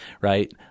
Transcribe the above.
right